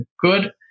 good